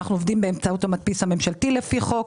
אנחנו עובדים באמצעות המדפיס הממשלתי לפי חוק.